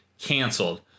canceled